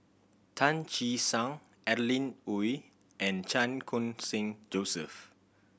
Tan Che Sang Adeline Ooi and Chan Khun Sing Joseph